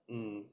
mm